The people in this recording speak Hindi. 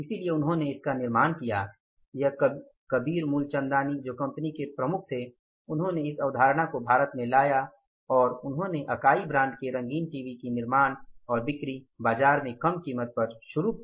इसलिए उन्होंने निर्माण किया यह कबीर मूलचंदानी जो कंपनी के प्रमुख थे उन्होंने इस अवधारणा को भारत में लाया और उन्होंने अकाई ब्रांड के रंगीन टीवी की निर्माण और बिक्री बाजार में कम कीमत पर शुरू किया